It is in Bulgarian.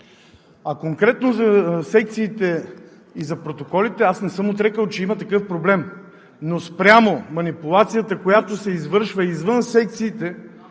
Конкретно за секциите и за протоколите – не съм отрекъл, че има такъв проблем. Но спрямо манипулацията, която се извършва извън секциите,